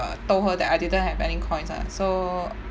told her that I didn't have any coins ah so